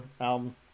album